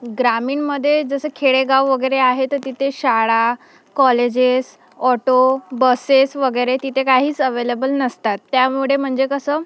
ग्रामीणमध्ये जसं खेडेगाव वगैरे आहे तर तिथे शाळा कॉलेजेस ऑटो बसेस वगैरे तिथे काहीच अवेलेबल नसतात त्यामुळे म्हणजे कसं